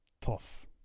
tough